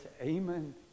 amen